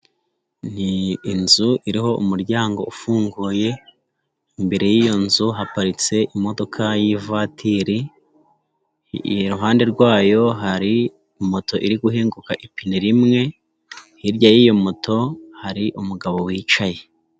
Inzu iriho umuryango ufunguye, imbere y'iyo nzu haparitse imodoka y'ivatiri, iruhande rwayo hari moto iri guhinguka ipine rimwe, hirya y'iyo moto hari umugabo wicaye.